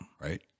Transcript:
Right